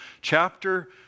chapter